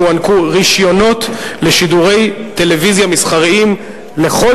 יוענקו רשיונות לשידורי טלוויזיה מסחריים לכל